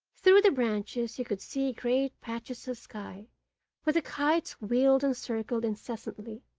through the branches he could see great patches of sky where the kites wheeled and circled incessantly,